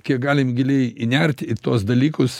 kiek galim giliai įnert į tuos dalykus